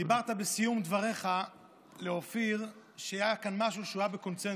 דיברת בסיום דבריך לאופיר על כך שהיה כאן משהו שהיה בקונסנזוס,